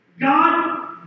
God